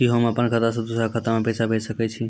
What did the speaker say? कि होम अपन खाता सं दूसर के खाता मे पैसा भेज सकै छी?